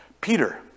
Peter